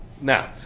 now